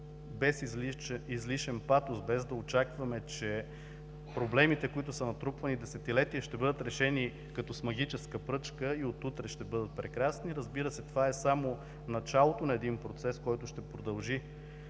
без излишен патос, без да очакваме, че проблемите, които са натрупвани десетилетия, ще бъдат решени като с магическа пръчка и от утре ще бъдат прекрасни. Разбира се, това е само началото на един процес, който ще продължи